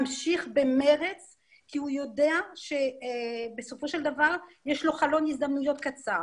ממשיך במרץ כי הוא יודע שבסופו של דבר יש לו חלון הזדמנויות קצר.